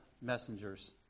messengers